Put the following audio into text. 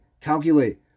calculate